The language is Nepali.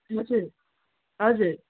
हजुर हजुर